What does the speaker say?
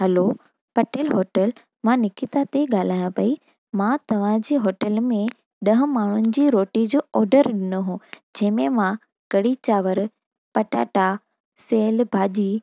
hello Patel hotel मां निकिता थी ॻाल्हायां पई मां तव्हांजी होटल में ॾह माण्हुनि जी रोटी जो ऑडर ॾिनो हुओ जंहिंमें मां कढ़ी चांवर पटाटा सेअल भाॼी